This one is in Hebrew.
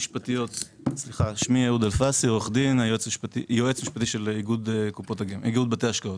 אני יועץ משפטי של איגוד בתי ההשקעות.